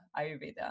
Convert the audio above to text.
Ayurveda